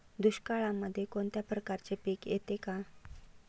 दुष्काळामध्ये कोणत्या प्रकारचे पीक येते का?